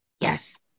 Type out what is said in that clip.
Yes